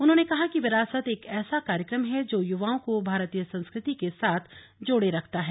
उन्होंने कहा कि विरासत एक ऐसा कार्यक्रम है जो युवाओं को भारतीय संस्कृति के साथ जोड़े रखता है